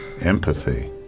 empathy